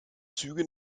züge